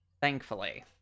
thankfully